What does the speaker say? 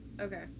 Okay